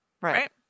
Right